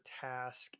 task